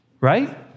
right